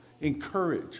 Encourage